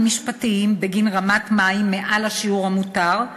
משפטיים בגין רמת מים מעל השיעור המותר.